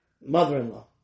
mother-in-law